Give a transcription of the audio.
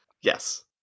Yes